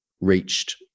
reached